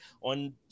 on